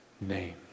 name